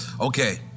Okay